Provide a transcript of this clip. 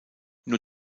nur